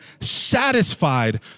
satisfied